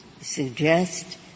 suggest